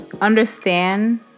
understand